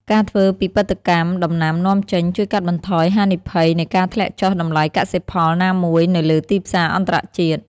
ការធ្វើពិពិធកម្មដំណាំនាំចេញ ជួយកាត់បន្ថយហានិភ័យនៃការធ្លាក់ចុះតម្លៃកសិផលណាមួយនៅលើទីផ្សារអន្តរជាតិ។